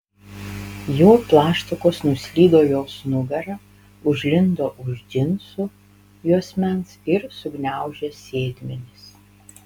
jo plaštakos nuslydo jos nugara užlindo už džinsų juosmens ir sugniaužė sėdmenis